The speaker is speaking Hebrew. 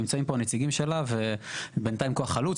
נמצאים פה הנציגים שלה, בינתיים כוח חלוץ.